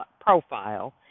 profile